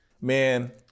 Man